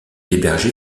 hébergé